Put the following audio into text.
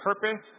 purpose